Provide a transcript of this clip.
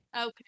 okay